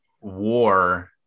war